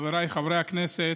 חבריי חברי הכנסת,